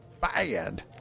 bad